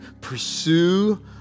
pursue